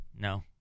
No